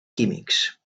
químics